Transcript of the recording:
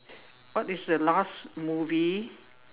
what is the last movie